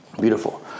Beautiful